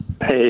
Hey